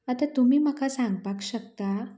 आतां तुमी म्हाका सांगपाक शकता